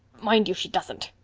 mind you she doesn't,